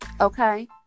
okay